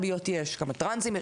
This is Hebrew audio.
כמה טרנסים יש,